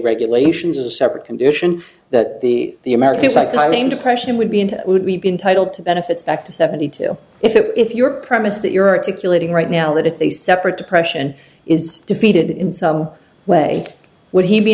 regulations a separate condition that the the americans i mean depression would be and would be been titled to benefits back to seventy two if that if your premise that you're articulating right now that if they separate depression is defeated in some way would he be